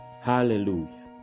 Hallelujah